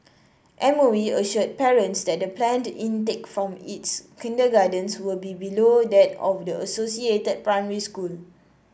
M O E assured parents that the planned intake from its kindergartens will be below that of the associated primary school